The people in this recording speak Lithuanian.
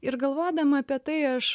ir galvodama apie tai aš